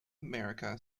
america